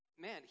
Man